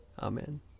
Amen